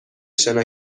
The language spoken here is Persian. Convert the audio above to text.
شنا